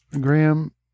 Graham